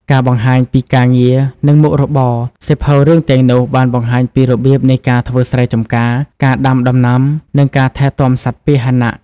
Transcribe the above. ការបង្ហាញពីការងារ និងមុខរបរសៀវភៅរឿងទាំងនោះបានបង្ហាញពីរបៀបនៃការ ធ្វើស្រែចម្ការ ការដាំដំណាំ និងការថែទាំសត្វពាហនៈ។